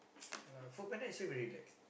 yeah lah Foodpanda actually very relax